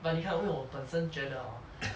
but 你看因为我本身觉得 hor